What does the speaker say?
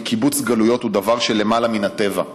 כי קיבוץ גלויות הוא דבר שלמעלה מן הטבע.